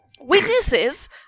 Witnesses